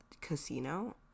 Casino